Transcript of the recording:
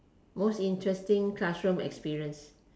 most interesting classroom experience